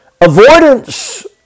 Avoidance